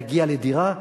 להגיע לדירה.